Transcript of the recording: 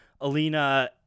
Alina